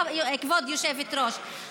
כבוד היושבת-ראש.